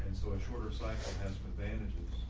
so a shorter cycle has advantages.